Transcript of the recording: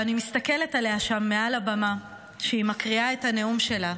ואני מסתכלת עליה שם מעל הבמה כשהיא מקריאה את הנאום שלה,